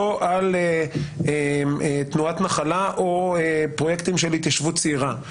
על תנועת "נחלה" או פרויקטים של התיישבות צעירה,